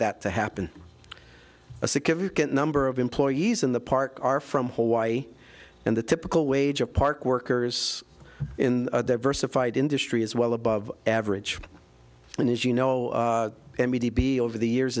that to happen a significant number of employees in the park are from hawaii and the typical wage of park workers in their versified industry is well above average and as you know over the years